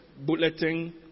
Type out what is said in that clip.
bulletin